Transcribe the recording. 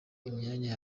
imyanya